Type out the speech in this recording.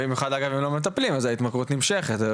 במיוחד אם לא מטפלים וההתמכרות נמשכת.